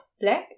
black